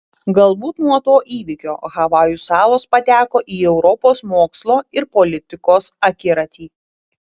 galbūt nuo to įvykio havajų salos pateko į europos mokslo ir politikos akiratį